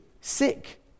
Sick